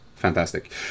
Fantastic